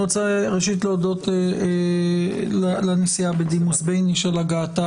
אני רוצה ראשית להודות לנשיאה בדימוס בייניש על הגעתה.